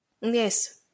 Yes